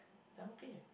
I'm okay